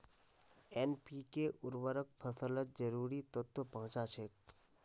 NPK उर्वरक फसलत जरूरी तत्व पहुंचा छेक